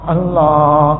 Allah